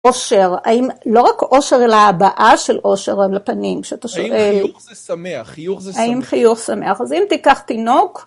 אושר, האם, לא רק אושר אלא הבעה של אושר על הפנים, כשאתה שואל... האם חיוך זה שמח? חיוך זה שמח. האם חיוך שמח? אז אם תיקח תינוק...